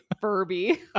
Furby